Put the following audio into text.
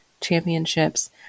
championships